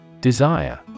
Desire